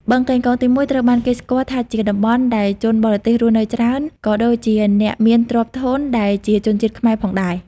បឹងកេងកងទី១ ត្រូវបានគេស្គាល់ថាជាតំបន់ដែលជនបរទេសរស់នៅច្រើន ក៏ដូចជាអ្នកមានទ្រព្យធនដែលជាជនជាតិខ្មែរផងដែរ។